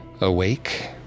Awake